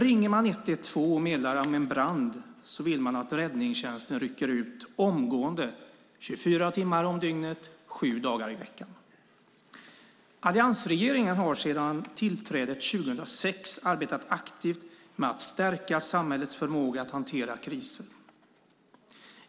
Ringer man 112 och meddelar om en brand vill man att räddningstjänsten rycker ut omgående, 24 timmar om dygnet sju dagar i veckan. Alliansregeringen har sedan tillträdet 2006 arbetat aktivt med att stärka samhällets förmåga att hantera kriser.